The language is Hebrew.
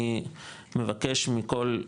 אני מבקש מכל,